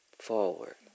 forward